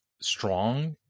strong